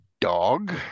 Dog